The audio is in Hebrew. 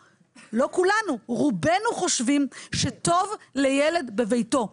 רובנו חושבים שטוב לילד בביתו.